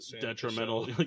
detrimental